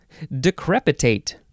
decrepitate